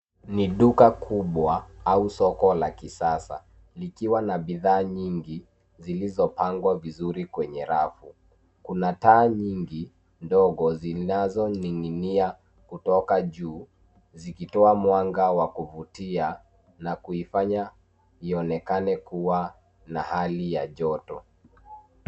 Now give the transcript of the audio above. Ni duka kubwa au soko la kisasa likiwa na bidhaa nyingi zilizopangwa vizuri kwenye rafu. Kuna taa nyingi ndogo zinazoning'inia kutoka juu zikitoa mwanga wa kuvutia na kuifanya ionekane kuwa na hali ya joto.